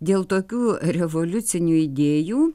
dėl tokių revoliucinių idėjų